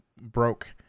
broke